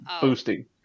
boosting